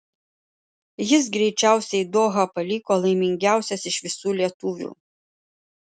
jis greičiausiai dohą paliko laimingiausias iš visų lietuvių